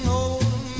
old